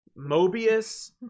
Mobius